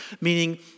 meaning